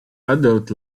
adult